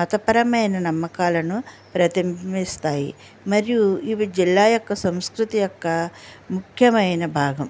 మతపరమైన నమ్మకాలను ప్రతిబింబిస్తాయి మరియు ఇవి జిల్లా యొక్క సంస్కృతి యొక్క ముఖ్యమైన భాగం